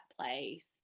place